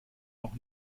noch